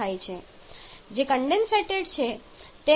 જે કન્ડેન્સેટ થાય છે તેને પણ 14 0C પર દૂર કરવું પડશે